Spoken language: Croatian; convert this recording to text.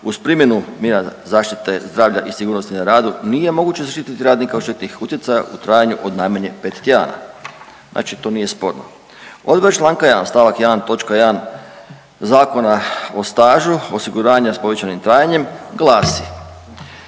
uz primjenu mjera zaštite zdravlja i sigurnosti na radu nije moguće zaštititi radnika od štetnih utjecaja u trajanju od najmanje pet tjedana“, znači to nije sporno. Odredba čl. 1. st. 1. točka 1. Zakona o stažu osiguranja s povećanim trajanjem glasi